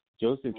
Joseph